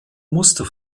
muster